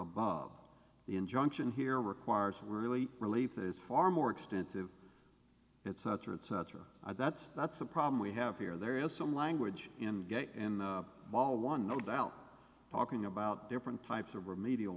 he injunction here requires really relief is far more extensive it's not true that's that's the problem we have here there is some language in in all one no doubt talking about different types of remedial